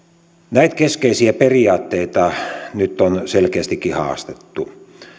näitä keskeisiä periaatteita nyt on selkeästi haastettu